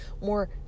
more